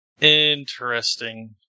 Interesting